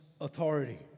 authority